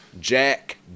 Jack